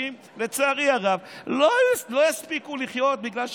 לצערי הרב אנשים לא יספיקו לחיות בגלל שהחיסון,